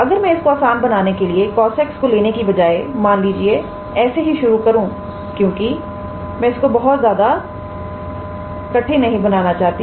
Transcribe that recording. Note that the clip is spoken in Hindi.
अगर मैं इस को आसान बनाने के लिए cosx को लेने की बजाय मान लीजिए ऐसे ही शुरु करो क्योंकि मैं इसको बहुत ज्यादा कठिन नहीं बनाना चाहती